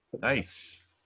Nice